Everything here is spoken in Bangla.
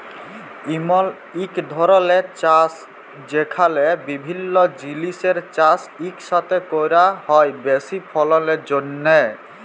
ইমল ইক ধরলের চাষ যেখালে বিভিল্য জিলিসের চাষ ইকসাথে ক্যরা হ্যয় বেশি ফললের জ্যনহে